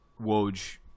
Woj